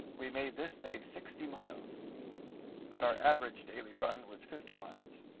we made this day sixty miles but our average daily run was fifty miles.